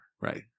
Right